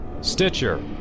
Stitcher